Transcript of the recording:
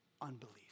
unbelief